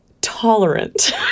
tolerant